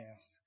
ask